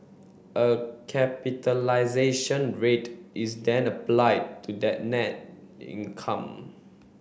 a capitalisation rate is then applied to that net income